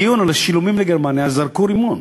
בדיון על השילומים מגרמניה, זרקו רימון.